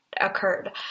occurred